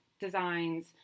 designs